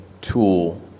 tool